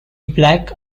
black